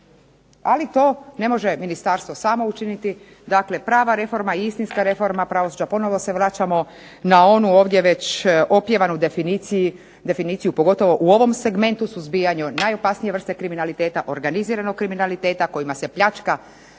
Ali, to ne može ministarstvo samo učiniti. Dakle, prava reforma i istinska reforma pravosuđa, ponovno se vraćamo na onu ovdje već opjevanu definiciju pogotovo u ovom segmentu suzbijanja najopasnije vrste kriminaliteta organiziranog kriminaliteta kojima se pljačka